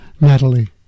Natalie